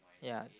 ya